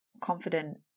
confident